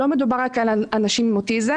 לא מדובר רק על אנשים עם אוטיזם,